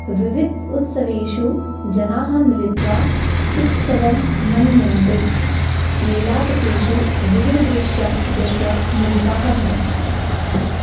विविध उत्सवेषु जनाः मिलित्वा उत्सवं मन्यन्ते मेलापकेषु विविधदृश्यं दृष्ट्वा मुदिताः भवन्ति